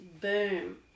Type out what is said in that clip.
boom